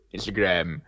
Instagram